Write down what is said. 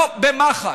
לא במח"ש.